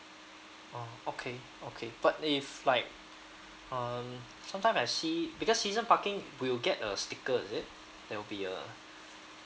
oh okay okay but if like um sometime I see because season parking we'll get a sticker is it there will be a